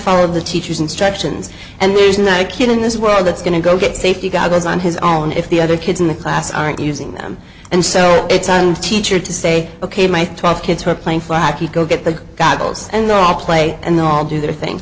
follow of the teacher's instructions and there's not a kid in this world that's going to go get safety goggles on his own if the other kids in the class aren't using them and so it's one teacher to say ok my twelve kids who are playing flappy go get the goggles and they're all play and they all do their thing